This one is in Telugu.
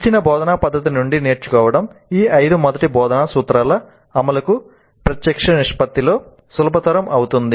ఇచ్చిన బోధనా పద్ధతి నుండి నేర్చుకోవడం ఈ ఐదు మొదటి బోధనా సూత్రాల అమలుకు ప్రత్యక్ష నిష్పత్తిలో సులభతరం అవుతుంది